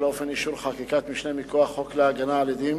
לאופן אישור חקיקת משנה מכוח חוק להגנה על עדים,